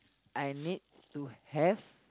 I need to have